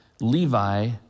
Levi